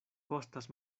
kostas